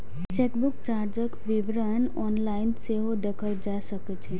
chequebook चार्जक विवरण online सेहो देखल जा सकै छै